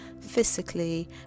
physically